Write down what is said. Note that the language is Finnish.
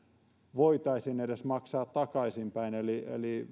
voitaisiin edes maksaa takaisinpäin eli